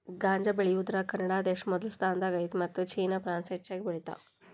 ಗಾಂಜಾ ಬೆಳಿಯುದರಾಗ ಕೆನಡಾದೇಶಾ ಮೊದಲ ಸ್ಥಾನದಾಗ ಐತಿ ಮತ್ತ ಚೇನಾ ಪ್ರಾನ್ಸ್ ಹೆಚಗಿ ಬೆಳಿತಾವ